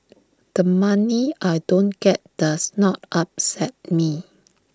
the money I don't get does not upset me